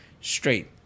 straight